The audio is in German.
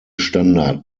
standard